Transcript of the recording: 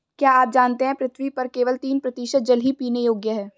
क्या आप जानते है पृथ्वी पर केवल तीन प्रतिशत जल ही पीने योग्य है?